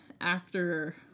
actor